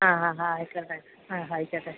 ആ ഹാ ഹ ആയിക്കോട്ടെ ആ ആയിക്കോട്ടെ